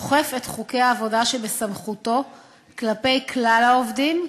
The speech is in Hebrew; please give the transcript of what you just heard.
אוכף את חוקי העבודה שבסמכותו כלפי כלל העובדים,